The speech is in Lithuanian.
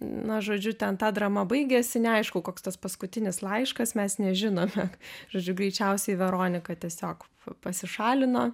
na žodžiu ten ta drama baigėsi neaišku koks tas paskutinis laiškas mes nežinome žodžiu greičiausiai veronika tiesiog pasišalino